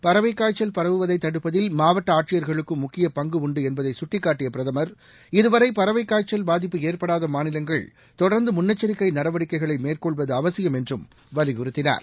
பறவைக் காய்ச்சல் பரவுவதை தடுப்பதில் மாவட்ட ஆட்சியர்களுக்கும் முக்கிய பங்கு உண்டு என்பதை சுட்டிக்காட்டிய பிரதமர் இதுவரை பறவைக் காய்ச்சல் பாதிப்பு ஏற்படாத மாநிலங்கள் தொடர்ந்து முன்னெச்சரிக்கை நடவடிக்கைகளை மேற்கொள்வது அவசியம் என்றும் வலியுறுத்தினார்